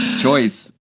choice